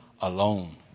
alone